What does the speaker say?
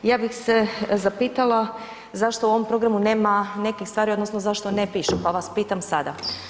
Ja bih se zapitala zašto u ovom programu nema nekih stvari, odnosno zašto ne pišu, pa vas pitam sada.